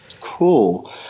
Cool